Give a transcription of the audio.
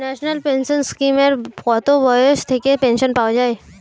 National pension স্কিমে কত বয়স থেকে পেনশন পাওয়া যায়?